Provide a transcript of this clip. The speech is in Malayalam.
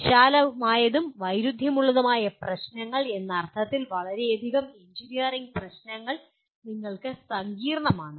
വിശാലമായതും വൈരുദ്ധ്യമുള്ളതുമായ പ്രശ്നങ്ങൾ എന്ന അർത്ഥത്തിൽ വളരെയധികം എഞ്ചിനീയറിംഗ് പ്രശ്നങ്ങൾ നിങ്ങൾക്ക് സങ്കീർണ്ണമാണ്